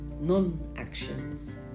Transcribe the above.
non-actions